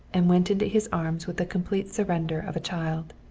and went into his arms with the complete surrender of a child.